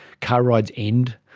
car rides end,